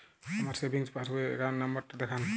আমার savings passbook র account number টা দেখান?